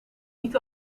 niet